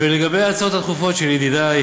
ולגבי ההצעות הדחופות של ידידי